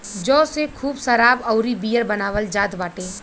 जौ से खूब शराब अउरी बियर बनावल जात बाटे